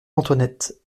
antoinette